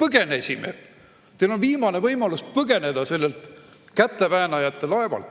põgenesime? Teil on viimane võimalus põgeneda sellelt käteväänajate laevalt,